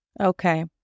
Okay